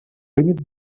límit